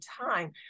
time